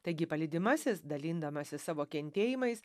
taigi palydimasis dalindamasis savo kentėjimais